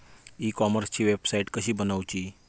E कॉमर्सची website कशी बनवची?